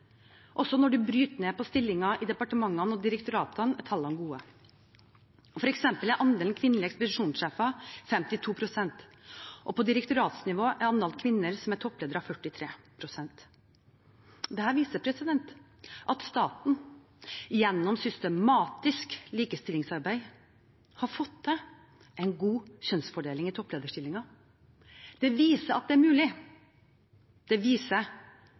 Også når man bryter ned til stillinger i departementene og direktoratene, er tallene gode. For eksempel er andelen kvinnelige ekspedisjonssjefer 52 pst., og på direktoratsnivå er andelen kvinner som er toppleder, 43 pst. Dette viser at staten gjennom systematisk likestillingsarbeid har fått til en god kjønnsfordeling i topplederstillinger. Det viser at det er mulig. Det viser